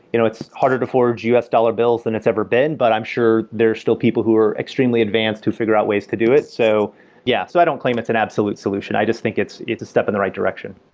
you know it's harder to forge us dollar bills than it's ever been, but i'm sure there's still people who are extremely advanced to figure out ways to do it so yeah, so i don't claim it's an absolute solution. i just think it's it's a step in the right direction